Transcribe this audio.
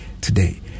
today